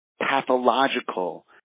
pathological